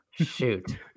Shoot